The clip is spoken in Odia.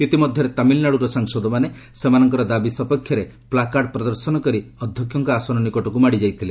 ଇତିମଧ୍ୟରେ ତାମିଲନାଡ଼ୁର ସାଂସଦମାନେ ସେମାନଙ୍କ ଦାବି ସପକ୍ଷରେ ପ୍ଲାକାର୍ଡ ପ୍ରଦର୍ଶନ କରି ଅଧ୍ୟକ୍ଷଙ୍କ ଆସନ ନିକଟକୁ ମାଡ଼ି ଯାଇଥିଲେ